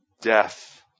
death